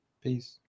Peace